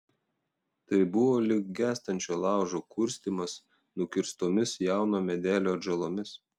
tai buvo lyg gęstančio laužo kurstymas nukirstomis jauno medelio atžalomis